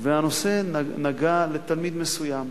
הנושא נגע לתלמיד מסוים,